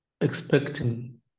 expecting